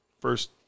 first